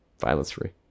violence-free